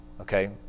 Okay